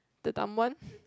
the dumb one